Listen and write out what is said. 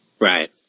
Right